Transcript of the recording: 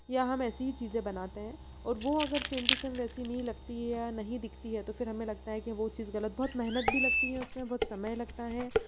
या हम ऐसी ही चीजें बनाते हैं और वो अगर सेम टू सेम वैसी नहीं लगती है या नहीं दिखती है तो फिर हमें लगता है कि वो चीज गलत बहुत मेहनत भी लगती है उसमें बहुत समय लगता है